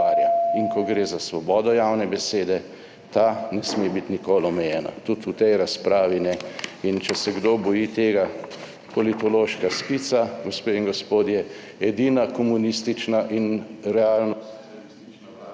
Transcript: in ko gre za svobodo javne besede, ta ne sme biti nikoli omejena, tudi v tej razpravi ne. In če se kdo boji tega, politološka skica, gospe in gospodje / pokaže zboru/, edina komunistična in …/